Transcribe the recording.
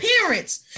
parents